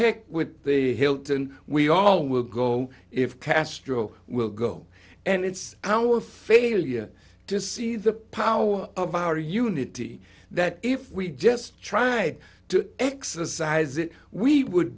heck with the hilton we all will go if castro will go and it's our failure to see the power of our unity that if we just try to exercise it we would